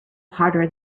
harder